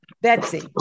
Betsy